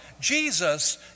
Jesus